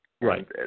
right